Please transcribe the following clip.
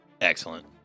Excellent